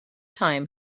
time